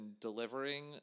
delivering